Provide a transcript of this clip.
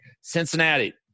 Cincinnati